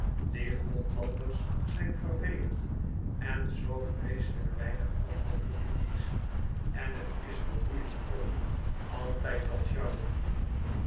die gothlanders zijn vervelend en zoo vreeslijk weinig cosmopolitisch en het is vermoeiend ook altijd dat sjouwen